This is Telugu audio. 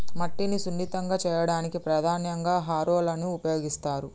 మట్టిని సున్నితంగా చేయడానికి ప్రధానంగా హారోలని ఉపయోగిస్తరు